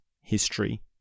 history